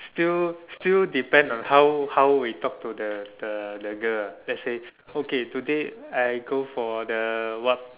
still still depend on how how we talk to the the the girl okay today I go for the what